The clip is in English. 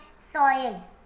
soil